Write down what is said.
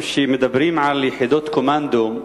כשמדברים על יחידות קומנדו,